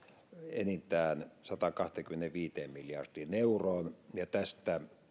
enintään sataankahteenkymmeneenviiteen miljardiin euroon ja tästä